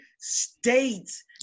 states